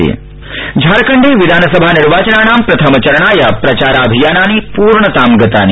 झारखण्डमनिर्वाचनम झारखण्डे विधानसभा निर्वाचनानां प्रथम चरणाय प्रचाराभियानानि पूर्णतां गतानि